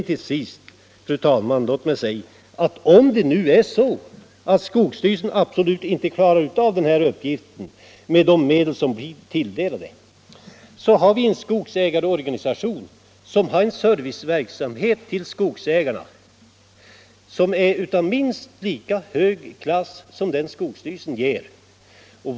Till sist, fru talman: Om skogsstyrelsen absolut inte klarar denna uppgift med de medel som är tilldelade, vill jag framhålla att det finns en skogsägarorganisation, som utför en serviceverksamhet av minst lika hög klass som den som skogsstyrelsen står för.